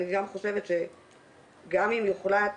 אני גם חושבת שגם אם יוחלט,